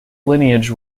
lineage